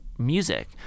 Music